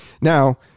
Now